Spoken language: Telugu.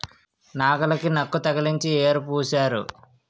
నాగలికి నక్కు తగిలించి యేరు పూశారు